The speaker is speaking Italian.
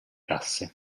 casse